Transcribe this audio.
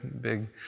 big